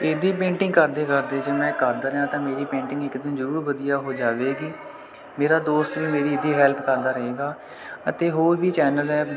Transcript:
ਇਹਦੀ ਪੇਂਟਿੰਗ ਕਰਦੇ ਕਰਦੇ ਜੇ ਮੈਂ ਕਰਦਾ ਰਿਹਾ ਤਾਂ ਮੇਰੀ ਪੇਂਟਿੰਗ ਇੱਕ ਦਿਨ ਜ਼ਰੂਰ ਵਧੀਆ ਹੋ ਜਾਵੇਗੀ ਮੇਰਾ ਦੋਸਤ ਵੀ ਮੇਰੀ ਇਹਦੀ ਹੈਲਪ ਕਰਦਾ ਰਹੇਗਾ ਅਤੇ ਹੋਰ ਵੀ ਚੈਨਲ ਹੈ